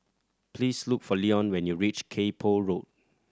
please look for Leon when you reach Kay Poh Road